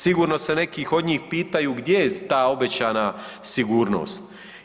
Sigurno se neki od njih pitaju gdje je ta obećana sigurnost.